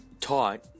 taught